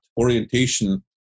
orientation